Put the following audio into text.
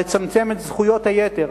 לצמצם את זכויות היתר,